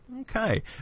Okay